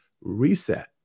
reset